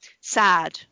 sad